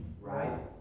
Right